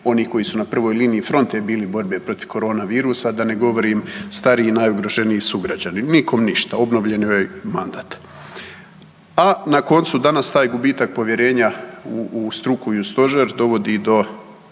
onih koji su na prvoj liniji fronte bili protiv korona virusa, a da ne govorim stariji i najugroženiji sugrađani. Nikom ništa, obnovljen joj je mandat. A na koncu taj gubitak povjerenja u struku i u stožer dovodi do